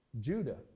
Judah